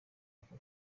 aka